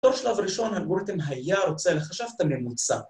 ‫בתור שלב ראשון האלגוריתם היה רוצה ‫לחשב את הממוצע.